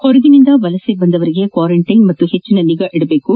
ಹೊರಗಿನಿಂದ ವಲಸೆ ಬಂದವರಿಗೆ ಕ್ವಾರಂಟೈನ್ ಮತ್ತು ಹೆಚ್ಚಿನ ನಿಗಾ ವಹಿಸಬೇಕು